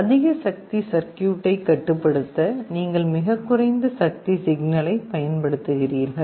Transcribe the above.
அதிக சக்தி சர்க்யூட்டைக் கட்டுப்படுத்த நீங்கள் மிகக் குறைந்த சக்தி சிக்னலைப் பயன்படுத்துகிறீர்கள்